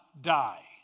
die